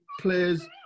players